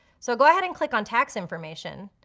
so go ahead and click on tax information,